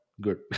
good